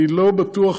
אני לא בטוח